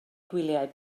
gwyliau